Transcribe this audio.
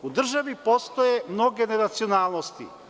U državi postoje mnoge neracionalnosti.